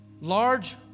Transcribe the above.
large